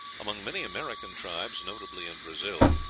among many american tribes, notably in brazil,